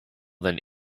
than